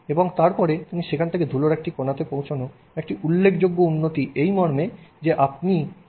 এবং তারপরে সেখান থেকে ধুলার একটি কণাতে পৌঁছানো একটি উল্লেখযোগ্য উন্নতি ছিল এই মর্মে যে আপনি তথ্যকে কতটা সংকুচিত করতে পারেন